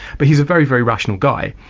but he's a very, very rational guy.